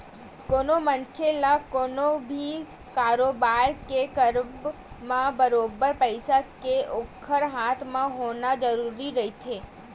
कोनो मनखे ल कोनो भी कारोबार के करब म बरोबर पइसा के ओखर हाथ म होना जरुरी रहिथे